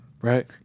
Right